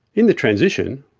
in the transition,